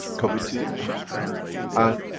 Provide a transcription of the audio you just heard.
committee and